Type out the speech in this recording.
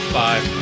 five